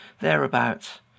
thereabouts